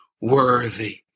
worthy